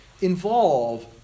involve